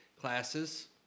classes